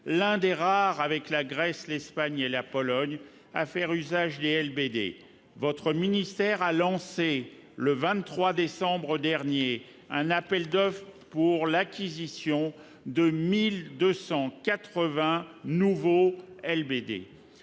l'un des rares, avec la Grèce, l'Espagne et la Pologne, à faire usage des LBD. Votre ministère a lancé le 23 décembre 2018 un appel d'offres pour l'acquisition de 1 280 nouveaux LBD.